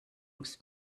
ums